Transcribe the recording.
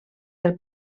del